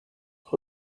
who